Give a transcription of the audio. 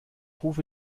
rufe